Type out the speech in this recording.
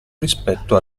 rispetto